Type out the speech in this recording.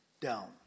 down